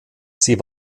sie